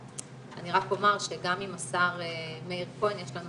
אני רק אומר שגם עם השר מאיר כהן יש לנו